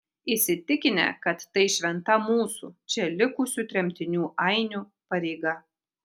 įsitikinę kad tai šventa mūsų čia likusių tremtinių ainių pareiga